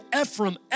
Ephraim